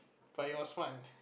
but it was fun